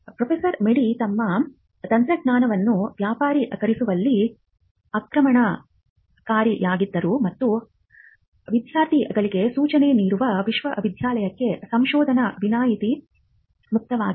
professor ಮೇಡಿ ತಮ್ಮ ತಂತ್ರಜ್ಞಾನವನ್ನು ವ್ಯಾಪಾರೀಕರಿಸುವಲ್ಲಿ ಆಕ್ರಮಣಕಾರಿಯಾಗಿದ್ದರು ಮತ್ತು ಆದ್ದರಿಂದ ವಿದ್ಯಾರ್ಥಿಗಳಿಗೆ ಸೂಚನೆ ನೀಡುವ ವಿಶ್ವವಿದ್ಯಾಲಯಕ್ಕೆ ಸಂಶೋಧನಾ ವಿನಾಯಿತಿ ಮುಕ್ತವಾಗಿದೆ